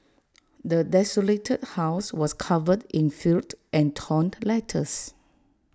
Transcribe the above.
the desolated house was covered in filth and torn letters